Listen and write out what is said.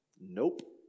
Nope